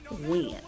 win